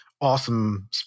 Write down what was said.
awesome